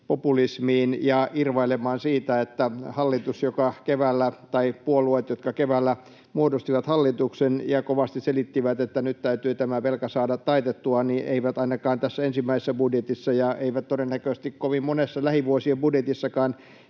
populismiin ja irvailemaan siitä, että puolueet, jotka keväällä muodostivat hallituksen — ja kovasti selittivät, että nyt täytyy tämä velka saada taitettua — eivät ainakaan tässä ensimmäisessä budjetissa ja eivät todennäköisesti kovin monessa lähivuosienkaan budjeteissa